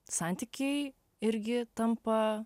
santykiai irgi tampa